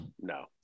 no